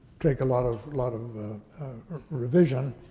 take a lot of lot of revision,